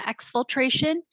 exfiltration